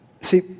See